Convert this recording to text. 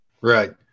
Right